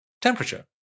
temperature